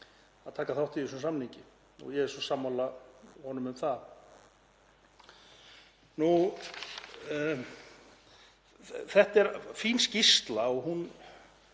að taka þátt í þessum samningi og ég er svo sammála honum um það. Þetta er fín skýrsla og hún